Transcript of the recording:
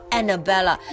Annabella